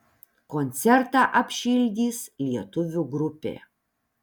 koncertą apšildys lietuvių grupė